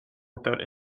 without